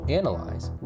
analyze